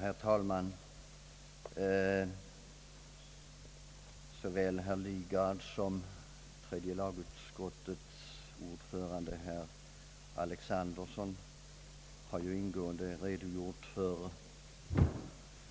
Herr talman! Såväl herr Lidgard som tredje lagutskottets ordförande herr Alexanderson har ingående redogjort för